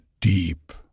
deep